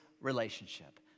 relationship